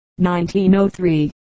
1903